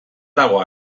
dago